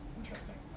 interesting